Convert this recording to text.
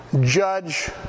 judge